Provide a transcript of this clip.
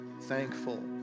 thankful